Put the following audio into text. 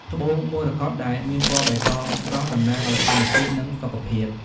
ត្បូងមរកតដែលមានពណ៌បៃតងស្រស់ តំណាងឱ្យធម្មជាតិ និងសុខភាព។